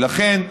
ולכן,